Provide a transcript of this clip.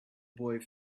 boy